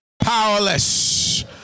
powerless